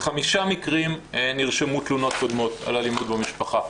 בחמישה מקרים נרשמו תלונות קודמות על אלימות במשפחה,